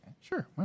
sure